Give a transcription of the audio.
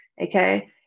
okay